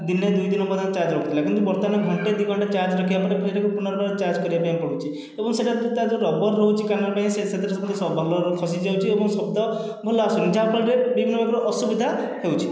ଦିନେ ଦୁଇଦିନ ପର୍ଯ୍ୟନ୍ତ ଚାର୍ଜ ରଖୁଥିଲା କିନ୍ତୁ ବର୍ତ୍ତମାନ ଘଣ୍ଟାଏ ଦୁଇ ଘଣ୍ଟା ଚାର୍ଜ ରଖିବା ପରେ ଏଇଟାକୁ ପୁନର୍ବାର ଚାର୍ଜ କରିବା ପାଇଁ ପଡ଼ୁଛି ଏବଂ ସେଇଟା ଯେଉଁ ତାର ଯେଉଁ ରବର ରହୁଛି କାନରେ ସେଥିରେ ଖସିଯାଉଛି ଏବଂ ଶବ୍ଦ ଭଲ ଆସୁନି ଯାହାଫଳରେ ବିଭିନ୍ନ ପ୍ରକାର ଅସୁବିଧା ହେଉଛି